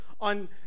on